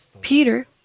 Peter